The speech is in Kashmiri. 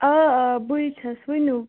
آ آ بٕے چھَس ؤنِو